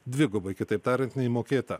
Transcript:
dvigubai kitaip tariant nei mokėta